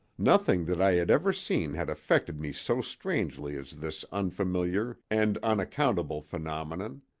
nothing that i had ever seen had affected me so strangely as this unfamiliar and unaccountable phenomenon,